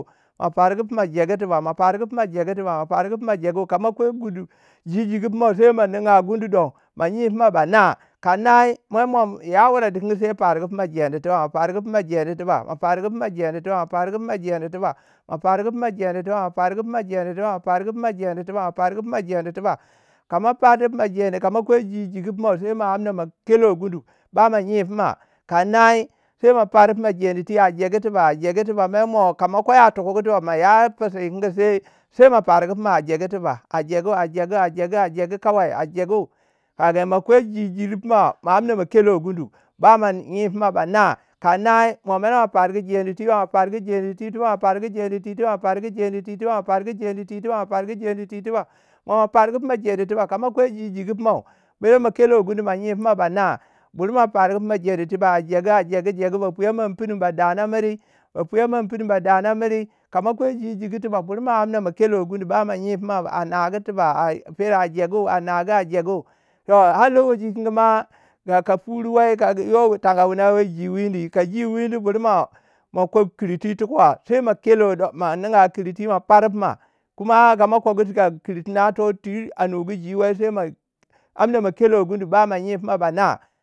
ma pargu puma jegu tiba ma pargu puma jegu ma pargu pima jegu. ka moa kwei gundi gyie jigu puma, sai mo ninga gundi do ma nyi pima ba nai ka nai ya wurei di kingi sai pargu pima gendi tiba tiba ma ninga gundu do, ma nyi pima bana. ka nai. mer mo ma ya wure dikingi sai pargu pima jedi tiba ma pargu pima jedi tiba ma pargu pina jedi tiba. ma pargu pima jedi tuba ma pargu pima jedi tiba ma pargu pina jedi tiba-. kama pardi fina jedi ka ma kwai ji jigy pima sai ma amna ma kelo gundu, ba ma nye pima. kanai sai ma par pima jedi twi a jegu tiba a jegu tiba mer mo kama kwai a tukugu yito mo ma ya fisiu kingi sai- sai ma pargu pima a jegu tiba a jegu a jegu a jegu kawai a jegu. kagan ma kwai ji jigu pima ma amna mo kelo gundu. ba mo nyi pima ba nai. ka nai mo mer ma pargu gendi ti. ma fargu jedi tui tiba ma fargu jedi tui tiba ma pargu gendi tui tiba mo pargu gendi tui tiba ma pargu jendi tui tiba ma pargu gendi tui tiba. mo ma pargu pima gendi tiba ma pargu gendi tui tiba. kama kwai jui jigu pimau mer mo kelo gundu ma nyi pima ba nai. bur ma pargu pima gendi tiba a jegu a geju jegu. Ba puyaman pinu ba dana miri ba puyaman pinu ba dana miri. ka ma kwai ji jigu tuba bur ma amna ma kelo gundu bama nye pima a nagu tuba a fer a jegu a nagu a jegu toh har lokaci tu kingu ma toh ka furi wei ka yowi tanga ne ji wini. ka ji wini wi bur ma- ma kwei kirti tukuwa sai ma kelo do ma ninga kirtui ma par pima fina kuma kama kogo chika kirtui to twi a nugu jiu wai. sai ma amna ma kelo gundu. ba ma nyi pima ba nai.